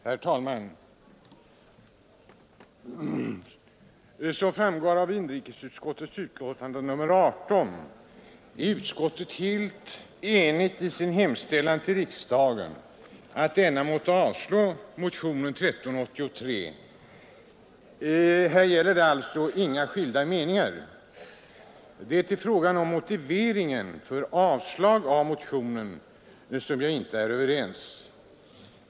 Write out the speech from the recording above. Herr talman! Som framgår av inrikesutskottets betänkande nr 18 är utskottet helt enigt i sin hemställan till riksdagen att denna måtte avslå motionen 1383. Här råder det alltså inga skilda meningar. Det är i fråga om motiveringen för yrkandet om avslag på motionen som jag inte är överens med utskottsmajoriteten.